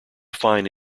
fine